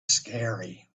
scary